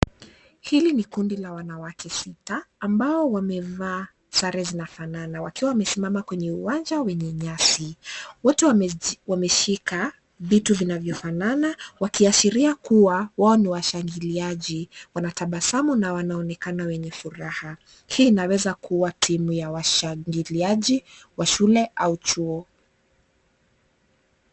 Hili ni kundi la wanawake sita ambao wamevaa sare zinafanana wakiwa wamesimama kwenye uwanja wenye nyasi, wote wameshika vitu vinavyofanana wakiashiria kuwa wao ni washangiliaji. Wanatabasamu na wanaonekana wenye furaha. Hii inaweza kuwa timu ya washangiliaji wa shule au chuo